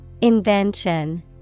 Invention